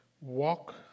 walk